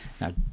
now